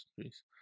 please